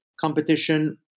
competition